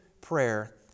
prayer